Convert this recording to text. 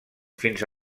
fins